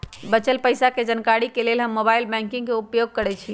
बच्चल पइसा के जानकारी के लेल हम मोबाइल बैंकिंग के उपयोग करइछि